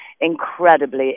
incredibly